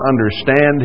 understand